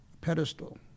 pedestal